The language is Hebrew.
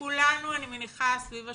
כולנו אני מניחה סביב השולחן,